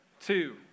two